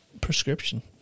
Prescription